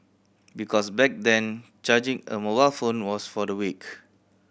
because back then charging a mobile phone was for the weak